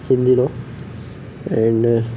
హిందీలో అండ్